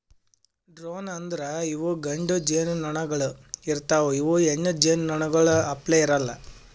drone ಅಂದುರ್ ಇವು ಗಂಡು ಜೇನುನೊಣಗೊಳ್ ಇರ್ತಾವ್ ಇವು ಹೆಣ್ಣು ಜೇನುನೊಣಗೊಳ್ ಅಪ್ಲೇ ಇರಲ್ಲಾ